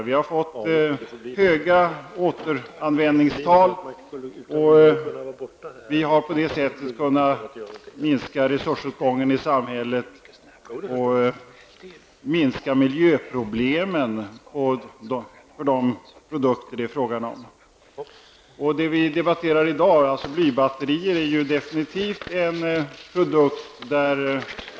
Vi har fått höga återanvändningstal och har på detta sätt kunnat minska resursåtgången i samhället och minska miljöproblemen av de produkter det är fråga om. Det vi i dag debatterar, nämligen blybatterier, är definitivt en miljöfarlig produkt.